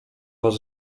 was